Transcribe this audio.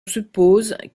suppose